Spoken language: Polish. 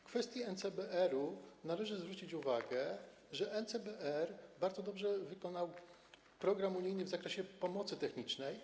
W kwestii NCBR-u należy zwrócić uwagę, że NCBR bardzo dobrze wykonał program unijny w zakresie pomocy technicznej.